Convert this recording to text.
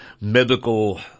medical